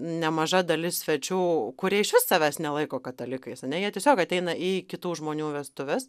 nemaža dalis svečių kurie išvis savęs nelaiko katalikais ane jie tiesiog ateina į kitų žmonių vestuves